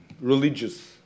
religious